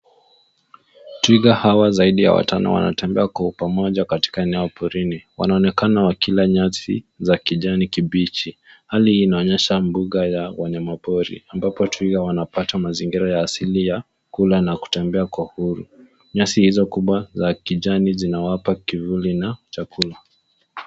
Twiga hawa zaidi ya watano wanatembea kwa pamoja katika eneo la porini. Wanaonekana wakila nyasi za kijani kibichi. Hali hii inaonyesha mbuga la wanyama pori ambapo twiga wanapata mazingira ya asili ya kula na kutembea kwa uhuru. Nyasi hizo kubwa za kijani zinawapa kivuli na chakula.